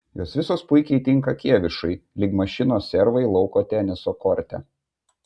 jos visos puikiai tinka kėvišui lyg mašinos servai lauko teniso korte